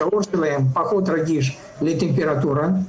שהעור שלכם פחות רגיש לטמפרטורה של